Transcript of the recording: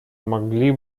могли